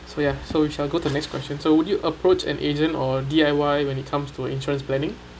so ya so we shall go to the next question so would you approach an agent or D_I_Y when it comes to a insurance planning